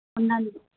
ఉంది